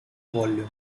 volume